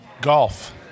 Golf